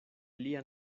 lia